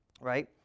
right